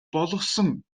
болгосон